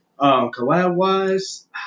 Collab-wise